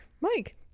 Mike